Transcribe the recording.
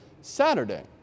Saturday